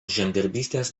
žemdirbystės